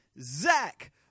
Zach